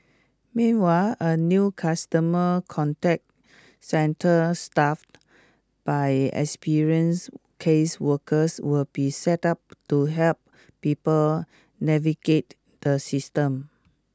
meanwhile a new customer contact centre staffed by experienced caseworkers will be set up to help people navigate the system